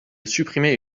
supprimer